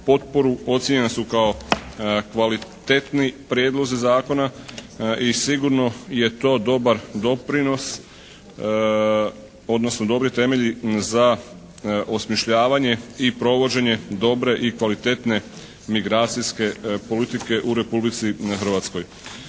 Ocjenjena su kao kvalitetni prijedlozi zakona i sigurno je to dobar doprinos odnosno dobri temelji za osmišljavanje i provođenje dobre i kvalitetne migracijske politike u Republici Hrvatskoj.